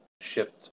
shift